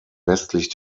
westlich